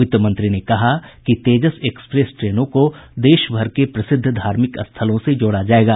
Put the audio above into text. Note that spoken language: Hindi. वित्त मंत्री ने कहा कि तेजस एक्सप्रेस ट्रेनों को देश भर के प्रसिद्ध धार्मिक स्थलों से जोड़ा जायेगा